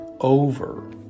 over